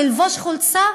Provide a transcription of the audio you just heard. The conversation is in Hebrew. ללבוש חולצה,